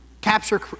capture